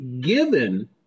given –